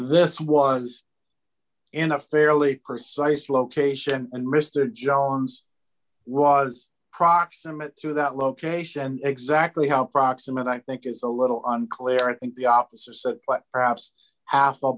and this was in a fairly precise location and mr jones was proximate through that location and exactly how proximate i think is a little unclear i think the opposite but perhaps half a